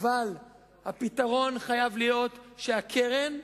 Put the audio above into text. הפתרון חייב להיות שהקרן,